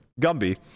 Gumby